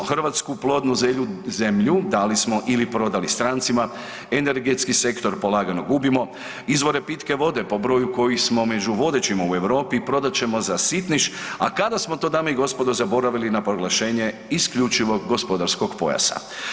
Hrvatsku plodnu zemlju dali smo ili prodali strancima, energetski sektor polagano gubimo, izvore pitke vode po broju koji smo među vodećima u Europi prodat ćemo za sitniš, a kada smo to dame i gospodo zaboravili na proglašenje isključivog gospodarskog pojasa.